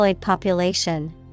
population